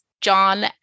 John